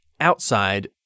outside